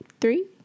three